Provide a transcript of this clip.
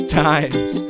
times